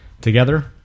together